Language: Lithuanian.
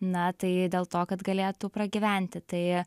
na tai dėl to kad galėtų pragyventi tai